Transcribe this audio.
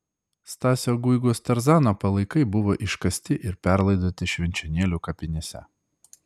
stasio guigos tarzano palaikai buvo iškasti ir perlaidoti švenčionėlių kapinėse